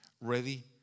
Ready